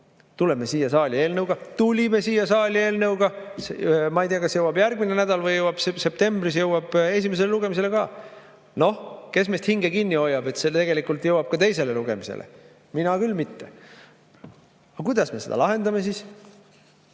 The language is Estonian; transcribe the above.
lahendatakse? Me tulime siia saali eelnõuga. Ma ei tea, kas see jõuab järgmine nädal või jõuab septembris esimesele lugemisele ka. Noh, kes meist hinge kinni hoiab, et see tegelikult jõuab ka teisele lugemisele? Mina küll mitte. Aga kuidas me seda siis lahendame?